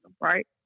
right